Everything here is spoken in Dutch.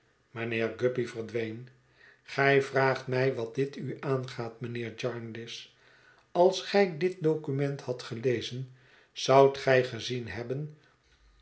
verdween gij vraagt mij wat dit u aangaat mijnheer jarndyce als gij dit document hadt gelezen zoudt gij gezien hebben